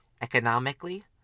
Economically